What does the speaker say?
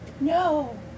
No